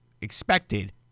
expected